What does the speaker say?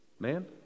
Man